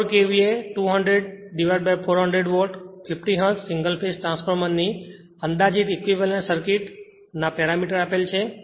4 KVA 200 400 volt 50 hertz single phase transformer ની અંદાજિત equivalent સર્કિટના પેરામીટર આપેલ છે